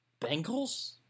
Bengals